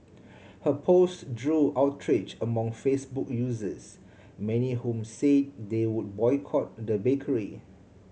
her post drew outrage among Facebook users many whom said they would boycott the bakery